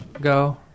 go